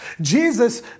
Jesus